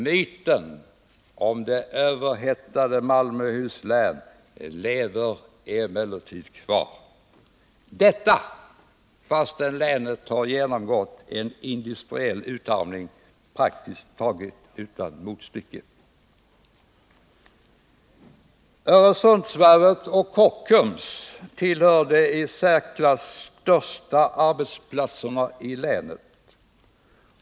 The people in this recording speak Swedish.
Myten om det överhettade Malmöhus län lever kvar trots att länet genomgått en industriell utarmning praktiskt taget utan motstycke. Öresundsvarvet och Kockums tillhör de i särklass största arbetsplatserna i länet.